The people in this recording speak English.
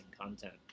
content